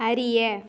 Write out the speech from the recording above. அறிய